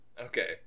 Okay